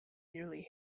nearly